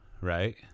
right